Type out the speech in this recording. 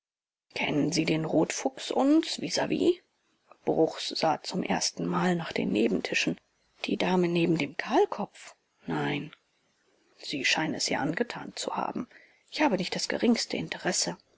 kennen sie den rotfuchs uns vis vis bruchs sah zum ersten mal nach den nebentischen die dame neben dem kahlkopf nein sie scheinen es ihr angetan zu haben ich habe nicht das geringste interesse